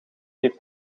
heeft